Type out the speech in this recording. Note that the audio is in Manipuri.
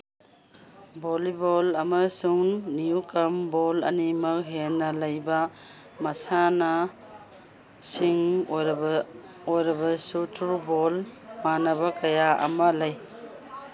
ꯚꯣꯂꯤꯕꯣꯜ ꯑꯃꯁꯨꯡ ꯅ꯭ꯌꯨꯀꯝ ꯕꯣꯜ ꯑꯅꯤꯃꯛ ꯍꯦꯟꯅ ꯂꯩꯕ ꯃꯁꯥꯟꯅꯁꯤꯡ ꯑꯣꯏꯔꯕ ꯑꯣꯏꯔꯕꯁꯨ ꯊ꯭ꯔꯨꯕꯣꯜ ꯃꯥꯟꯅꯕ ꯀꯌꯥ ꯑꯃ ꯂꯩ